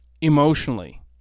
emotionally